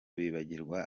bibagirwa